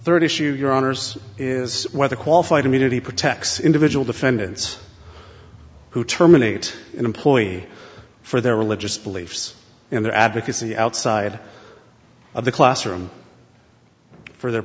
issue your honour's is whether qualified immunity protects individual defendants who terminate an employee for their religious beliefs in their advocacy outside of the classroom for their